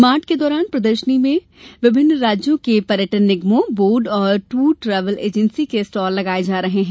mart के दौरान प्रदर्शनी में विभिन्न राज्यों के पर्यटन निगमों बोर्ड और टूर ट्रेवल एजेंसी के स्टॉल लगाये जा रहे है